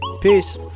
Peace